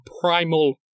primal